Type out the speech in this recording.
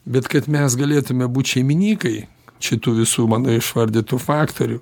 bet kad mes galėtume būti šeimininkai šitų visų mano išvardytų faktorių